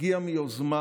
הגיע מיוזמה